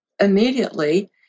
immediately